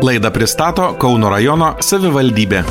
laidą pristato kauno rajono savivaldybė